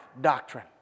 doctrine